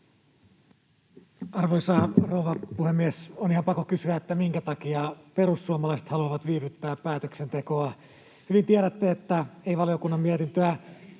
Arvoisa rouva puhemies! On ihan pakko kysyä, minkä takia perussuomalaiset haluavat viivyttää päätöksentekoa. [Perussuomalaisten